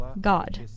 God